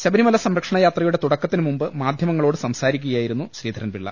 ശബരിമല സംരക്ഷണയാത്രയുടെ തുടക്കത്തിന് മുമ്പ് മാധ്യമങ്ങ ളോട് സംസാരിക്കുകയായിരുന്നു ശ്രീധരൻ പിള്ള